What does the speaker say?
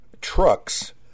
trucks